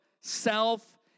self